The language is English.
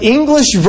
English